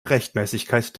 rechtmäßigkeit